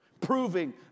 Proving